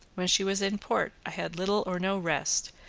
when she was in port, i had little or no rest,